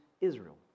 Israel